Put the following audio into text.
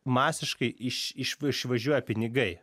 masiškai iš iš išvažiuoja pinigai